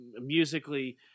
musically